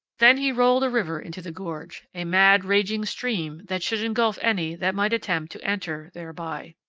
then he rolled a river into the gorge, a mad, raging stream, that should engulf any that might attempt to enter thereby.